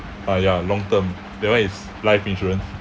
ah ya long term that one is life insurance